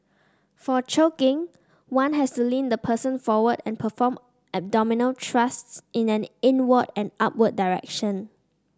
for choking one has to lean the person forward and perform abdominal thrusts in an inward and upward direction